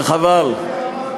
וחבל.